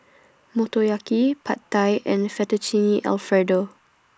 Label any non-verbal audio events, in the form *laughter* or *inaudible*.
*noise* Motoyaki Pad Thai and Fettuccine Alfredo